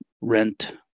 rent